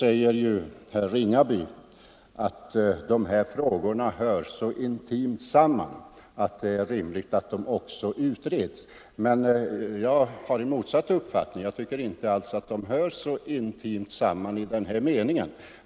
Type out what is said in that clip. Herr Ringaby säger att dessa frågor hör så intimt samman att det är rimligt att de också utreds tillsammans. Jag har motsatt uppfattning. Jag tycker inte alls att de hör intimt samman.